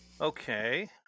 Okay